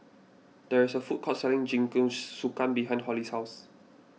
there is a food court selling Jingisukan behind Hollie's house